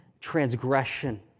transgression